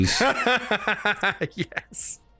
Yes